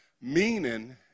Meaning